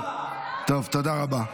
טוב, תודה רבה.